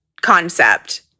concept